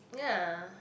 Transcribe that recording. ya